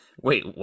Wait